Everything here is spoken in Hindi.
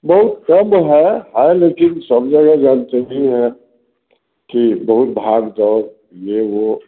बहुत सब है है लेकिन सब जगह ज़रूरी है कि बहुत भाग दौड़ यह वह